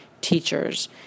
teachers